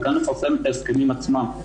וגם לפרסם את ההסכמים עצמם.